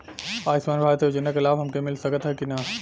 आयुष्मान भारत योजना क लाभ हमके मिल सकत ह कि ना?